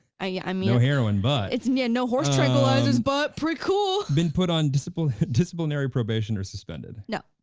ah yeah um no heroin but. it's near no horse tranquilizers but pretty cool. been put on disciplinary disciplinary probation or suspended. no.